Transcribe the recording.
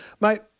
Mate